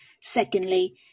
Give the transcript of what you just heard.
Secondly